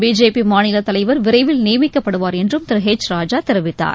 BJP மாநில தலைவர் விரைவில் நியமிக்கப்படுவார் என்றும் திரு ஹெச் ராஜா தெரிவித்தார்